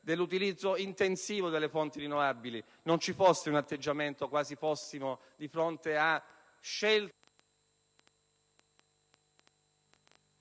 dell'utilizzo intensivo delle fonti rinnovabili non ci fosse un atteggiamento di questo tipo, quasi fossimo di fronte a scelte